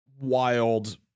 wild